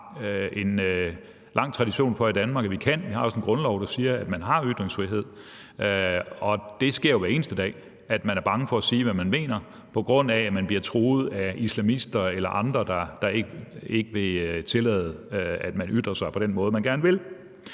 en lang tradition for i Danmark vi kan. Vi har også en grundlov, der siger, at man har ytringsfrihed. Det sker jo hver eneste dag, at man er bange for at sige, hvad man mener, på grund af at man bliver truet af islamister eller andre, der ikke vil tillade, at man ytrer sig på den måde, man gerne vil.